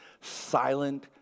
silent